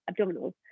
abdominals